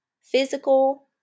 physical